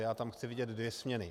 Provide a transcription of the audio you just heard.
Já tam chci vidět dvě směny.